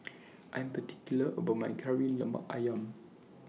I Am particular about My Kari Lemak Ayam